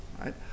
right